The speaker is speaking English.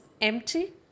empty